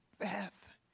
Beth